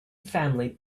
family